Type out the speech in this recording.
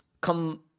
come